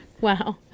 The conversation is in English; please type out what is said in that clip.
Wow